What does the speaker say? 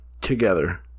Together